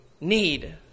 need